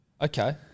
Okay